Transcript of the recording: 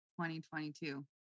2022